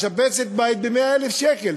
משפצת בית ב-100,000 שקל,